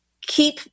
keep